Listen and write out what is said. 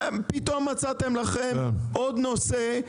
פתאום מצאתם לכם עוד נושא,